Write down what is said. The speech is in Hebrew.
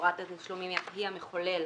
הוראת התשלום היא הכלי המחולל